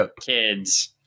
kids